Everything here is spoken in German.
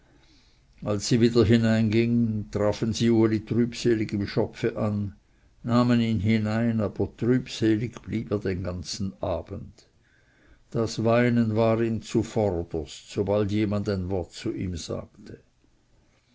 als sie wieder hineingingen trafen sie uli trübselig im schopfe an nahmen ihn hinein aber trübselig blieb er den ganzen abend das weinen war ihm zvorderst sobald jemand ein wort zu ihm sagte